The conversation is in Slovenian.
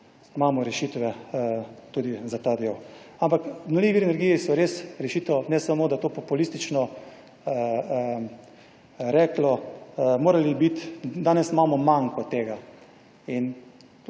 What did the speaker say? Imamo rešitve tudi za ta del. Ampak obnovljivi viri energije so res rešitev, ne samo, da je to populistično reklo, morali bi biti, danes imamo manko tega in vsi